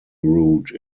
route